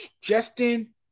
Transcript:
Justin